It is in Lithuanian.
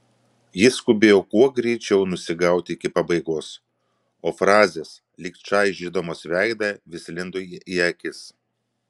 ji skubėjo kuo greičiau nusigauti iki pabaigos o frazės lyg čaižydamos veidą vis lindo į akis